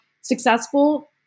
successful